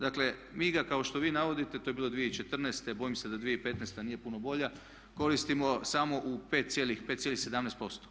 Dakle, mi ga kao što vi navodite to je bilo 2014., bojim se da 2015.nije puno bolja, koristimo samo u 5,17%